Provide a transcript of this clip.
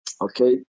Okay